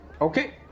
Okay